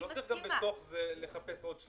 לא צריך גם בתוך זה לחפש עוד שליש.